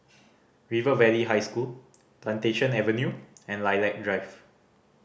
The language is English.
River Valley High School Plantation Avenue and Lilac Drive